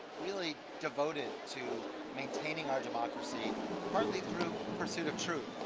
really devoted to maintaining our democracy partly through pursuit of truth.